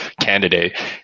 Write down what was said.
candidate